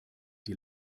die